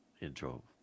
intro